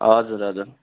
हजुर हजुर